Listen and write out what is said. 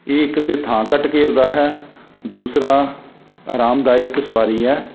ਇਹ ਇੱਕ ਤਾਂ ਥਾਂ ਘੱਟ ਘੇਰਦਾ ਹੈ ਦੂਸਰਾ ਆਰਾਮਦਾਇਕ ਸਵਾਰੀ ਹੈ